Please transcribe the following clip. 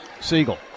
Siegel